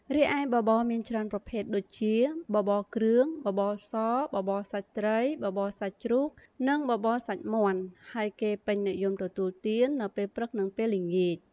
រីឯបបរមានច្រើនប្រភេទដូចជា បបរគ្រឿង បបរសរ បបរសាច់ត្រី បបរសាច់ជ្រូក នឹងបបរសាច់មាន់ ហើយគេពេញនិយមទទួលទាននៅពេលព្រឹកនិងពេលល្ងាច។